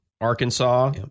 Arkansas